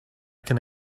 can